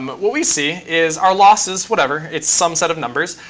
but what we see is our loss is whatever. it's some set of numbers.